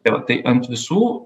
tai vat tai ant visų